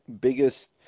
biggest